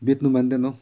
बेच्नु मान्दैन हौ